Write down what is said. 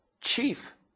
chief